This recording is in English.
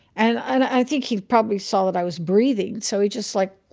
and i think he probably saw that i was breathing, so he just like,